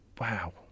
wow